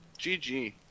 GG